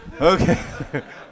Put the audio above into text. Okay